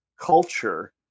culture